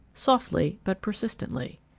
softly but persistently.